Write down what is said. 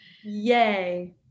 Yay